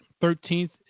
Thirteenth